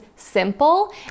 simple